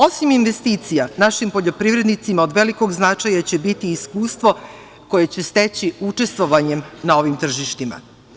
Osim investicija našim poljoprivrednicima od velikog značaja će biti iskustvo koje će steći učestvovanjem na ovim tržištima.